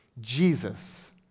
Jesus